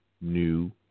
new